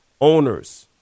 Owners